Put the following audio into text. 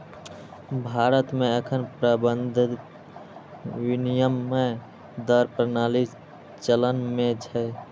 भारत मे एखन प्रबंधित विनिमय दर प्रणाली चलन मे छै